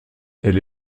elle